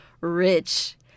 rich